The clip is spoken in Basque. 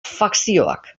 fakzioak